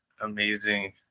amazing